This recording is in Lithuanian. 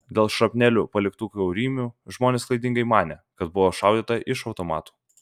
dėl šrapnelių paliktų kiaurymių žmonės klaidingai manė kad buvo šaudyta iš automatų